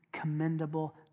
commendable